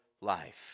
life